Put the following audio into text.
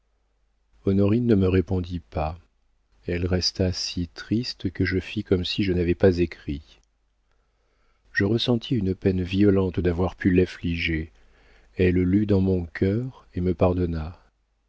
honorine ne me répondit pas elle resta si triste que je fis comme si je n'avais pas écrit je ressentis une peine violente d'avoir pu l'affliger elle lut dans mon cœur et me pardonna